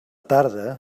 tarda